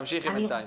תמשיכי בינתיים.